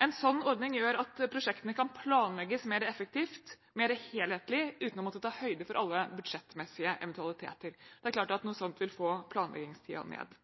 En slik ordning gjør at prosjektene kan planlegges mer effektivt, mer helhetlig, uten å måtte ta høyde for alle budsjettmessige eventualiteter. Det er klart at noe sånt vil få planleggingstiden ned.